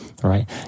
right